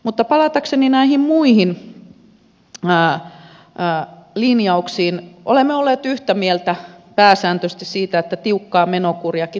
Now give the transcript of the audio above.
mutta palatakseni näihin muihin linjauksiin olemme olleet yhtä mieltä pääsääntöisesti siitä että tiukkaa menokuriakin tarvitaan